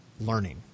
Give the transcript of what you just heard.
learning